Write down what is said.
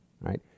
right